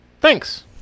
thanks